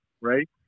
Right